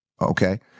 Okay